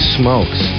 smokes